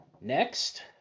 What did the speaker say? next